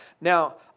Now